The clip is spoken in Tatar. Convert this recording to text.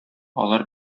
алар